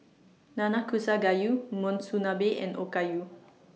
Nanakusa Gayu Monsunabe and Okayu